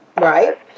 Right